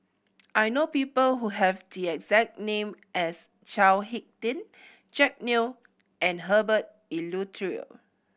I know people who have the exact name as Chao Hick Tin Jack Neo and Herbert Eleuterio